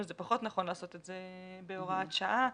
זה פחות נכון לעשות את זה בהוראת שעה.